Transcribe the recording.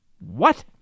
What